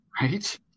Right